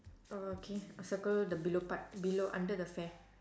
oh okay circle the below part below under the fair